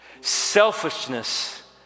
Selfishness